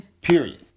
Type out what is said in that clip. period